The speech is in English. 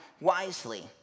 wisely